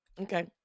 Okay